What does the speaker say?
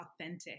authentic